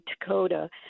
dakota